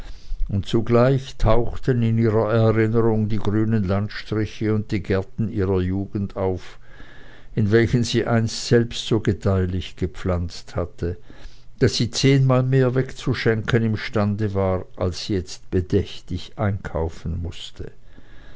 und zugleich tauchten in ihrer erinnerung die grünen landstriche und die gärten ihrer jugend auf in welchen sie einst selbst so gedeihlich gepflanzt hatte daß sie zehnmal mehr wegzuschenken imstande war als sie jetzt bedächtig einkaufen mußte